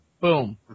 Boom